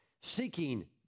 seeking